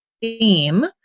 theme